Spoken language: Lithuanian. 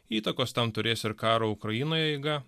įtakos tam turės ir karo ukrainoje eiga